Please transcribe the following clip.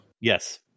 Yes